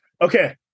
Okay